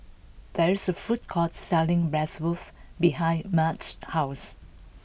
there is a food court selling Bratwurst behind Marge's house